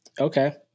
Okay